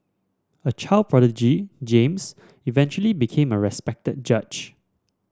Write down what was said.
a child prodigy James eventually became a respected judge